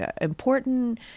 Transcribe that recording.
important